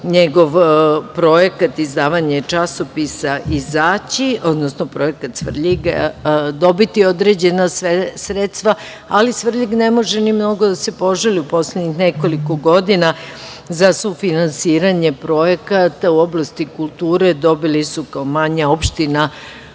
njegov projekat „izdavanje časopisa“ izaći, odnosno projekat Svrljiga dobiti određena sredstva, ali Svrljig ne može ni mnogo da se požali u poslednjih nekoliko godina za sufinansiranje projekata u oblasti kulture. Dobili su kao manja opština